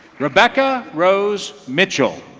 rebecca rose mitchell.